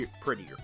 prettier